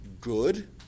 good